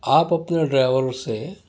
آپ اپنے ڈرائیوروں سے